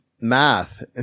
math